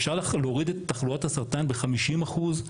אפשר להוריד את תחלואת הסרטן בחמישים אחוז,